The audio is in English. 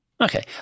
Okay